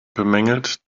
bemängelt